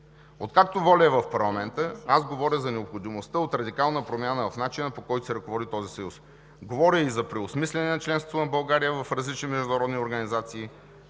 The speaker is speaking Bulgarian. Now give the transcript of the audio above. Откакто „Воля“ е в парламента, аз говоря за необходимостта от радикална промяна в начина, по който се ръководи този съюз. Говоря и за преосмисляне на членството на България в различни международни организации.